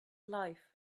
life